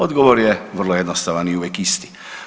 Odgovor je vrlo jednostavan i uvijek isti.